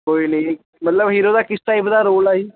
ਕੋਈ ਨਹੀਂ ਜੀ ਮਤਲਬ ਹੀਰੋ ਦਾ ਕਿਸ ਟਾਈਪ ਦਾ ਰੋਲ ਹੈ ਜੀ